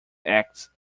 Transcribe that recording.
acts